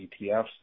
ETFs